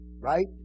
right